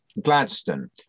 Gladstone